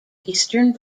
eastern